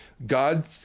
God